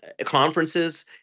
conferences